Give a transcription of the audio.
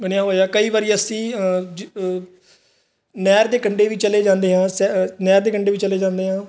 ਬਣਿਆ ਹੋਇਆ ਕਈ ਵਾਰੀ ਅਸੀਂ ਨਹਿਰ ਦੇ ਕੰਢੇ ਵੀ ਚਲੇ ਜਾਂਦੇ ਹਾਂ ਸੈ ਨਹਿਰ ਦੇ ਕੰਢੇ ਵੀ ਚਲੇ ਜਾਂਦੇ ਹਾਂ